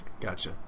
Gotcha